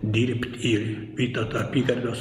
dirbt į vytauto apygardos